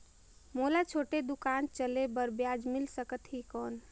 मोला छोटे दुकान चले बर ब्याज मिल सकत ही कौन?